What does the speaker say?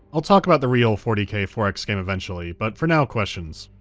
i'll talk about the real forty k four x game eventually, but for now questions.